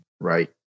Right